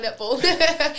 netball